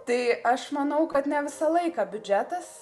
tai aš manau kad ne visą laiką biudžetas